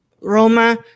Roma